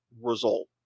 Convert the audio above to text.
result